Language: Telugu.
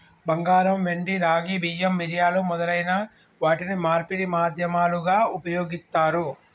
బంగారం, వెండి, రాగి, బియ్యం, మిరియాలు మొదలైన వాటిని మార్పిడి మాధ్యమాలుగా ఉపయోగిత్తారు